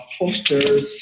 posters